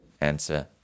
answer